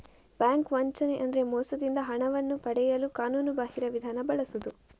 bank ವಂಚನೆ ಅಂದ್ರೆ ಮೋಸದಿಂದ ಹಣವನ್ನು ಪಡೆಯಲು ಕಾನೂನುಬಾಹಿರ ವಿಧಾನ ಬಳಸುದು